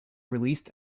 released